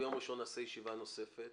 ביום ראשון נעשה ישיבה נוספת.